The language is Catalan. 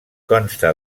consta